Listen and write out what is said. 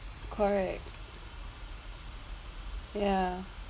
correct ya